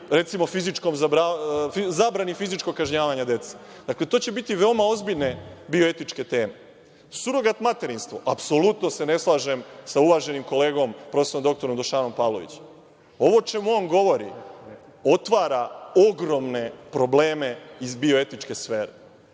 recimo, zabrani fizičkog kažnjavanja dece. Dakle, to će biti veoma ozbiljne bioetičke teme. Surogat materinstvo, apsolutno se ne slažem sa uvaženim kolegom prof. dr Dušanom Pavlovićem. Ovo o čemu on govori otvara ogromne probleme iz bioetičke sfere.